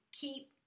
Keep